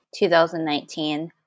2019